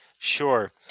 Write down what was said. sure